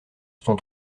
sont